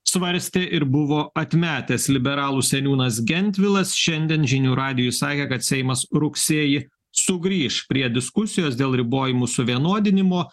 svarstė ir buvo atmetęs liberalų seniūnas gentvilas šiandien žinių radijui sakė kad seimas rugsėjį sugrįš prie diskusijos dėl ribojimų suvienodinimo